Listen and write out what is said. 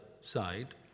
side